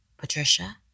Patricia